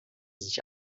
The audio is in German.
sich